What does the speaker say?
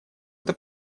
это